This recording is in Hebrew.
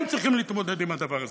הם צריכים להתמודד עם הדבר הזה.